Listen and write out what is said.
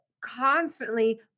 constantly